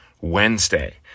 Wednesday